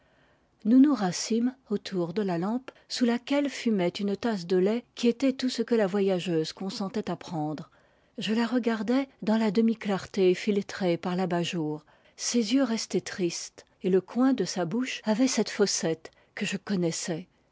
nous nous rassîmes autour de la lampe sous laquelle fumait une tasse de lait qui était tout ce que la voyageuse consentait à prendre je la regardais dans la demi-clarté filtrée par l'abat-jour ses yeux restaient tristes et le coin de sa bouche avait cette fossette que je connaissais